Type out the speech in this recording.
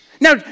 Now